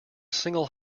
single